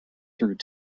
through